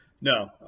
No